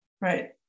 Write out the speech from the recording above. Right